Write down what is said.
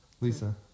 Lisa